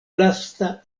lasta